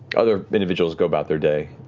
other individuals go about their day.